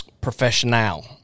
professional